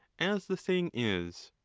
as the saying is.